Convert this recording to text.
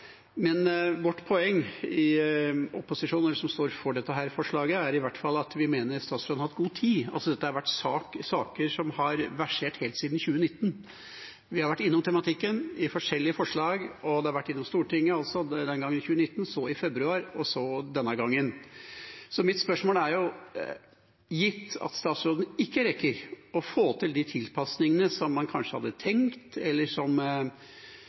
Vårt poeng i opposisjonen, som står for dette forslaget, er i hvert fall at vi mener at statsråden har hatt god tid. Dette er saker som har versert helt siden 2019. Vi har vært innom tematikken i forskjellige forslag, og det var innom Stortinget i 2019, så i februar og nå. Mitt spørsmål er: Gitt at statsråden ikke rekker å få til de tilpasningene man kanskje hadde tenkt, eller som